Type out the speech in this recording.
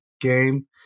game